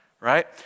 right